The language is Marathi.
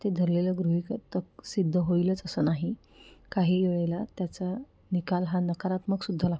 ते धरलेलं गृहितक सिद्ध होईलच असं नाही काही वेळेला त्याचा निकाल हा नकारात्मकसुद्धा लागतो